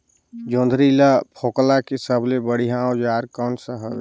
जोंदरी ला फोकला के सबले बढ़िया औजार कोन सा हवे?